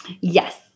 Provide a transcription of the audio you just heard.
Yes